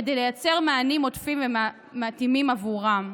כדי לייצר מענים עוטפים ומתאימים עבורם,